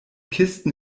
kisten